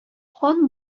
хан